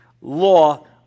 law